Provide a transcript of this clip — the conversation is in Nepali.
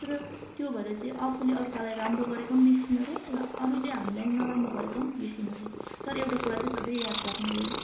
तर त्यो भएर चाहिँ आफूले अर्कालाई राम्रो गरेको पनि बिर्सिनु अरे र अरूले हामीलाई नराम्रो गरेको पनि बिर्सिनु अरे तर एउटा कुरा चाहिँ सधैँ याद राख्नु अरे